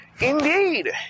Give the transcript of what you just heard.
Indeed